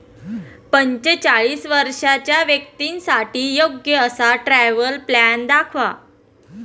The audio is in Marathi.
पंचेचाळीस वर्षांच्या व्यक्तींसाठी योग्य असा ट्रॅव्हल प्लॅन दाखवा